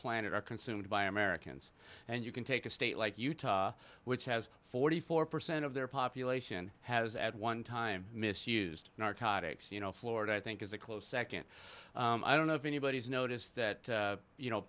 planet are consumed by americans and you can take a state like utah which has forty four percent of their population has at one time misused narcotics you know florida i think is a close second i don't know if anybody's noticed that you know